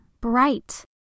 bright